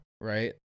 Right